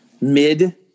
mid